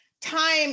time